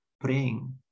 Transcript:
praying